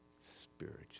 Spiritual